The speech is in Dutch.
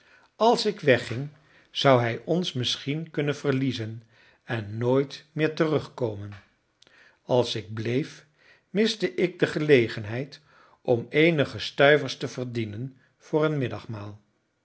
als ik wegging zou hij ons misschien kunnen verliezen en nooit meer terugkomen als ik bleef miste ik de gelegenheid om eenige stuivers te verdienen voor een